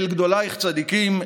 / אל גדולייך צדיקים,